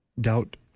doubt